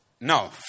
no